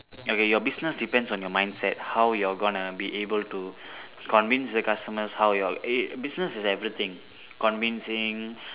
okay your business depends on your mindset how you're gonna be able to convince the customers how your eh business is everything convincing